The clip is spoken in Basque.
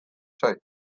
zait